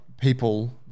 people –